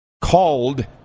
called